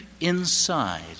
inside